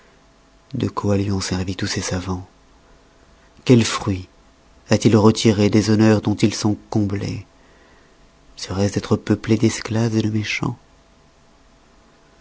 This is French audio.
de quoi lui ont servi tous ses savans quel fruit a-t-il retiré des honneurs dont ils sont comblés seroit-ce d'être peuplé d'esclaves de méchans